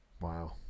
wow